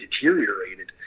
deteriorated